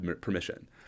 permission